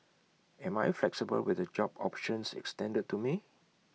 am I flexible with the job options extended to me